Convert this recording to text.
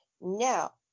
Now